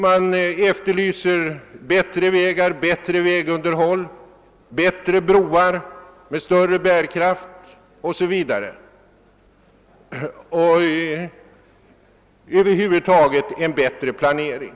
Man efterlyser bättre vägar, bättre vägunderhåll, bättre broar med större bärkraft osv. och över huvud taget en bättre planering.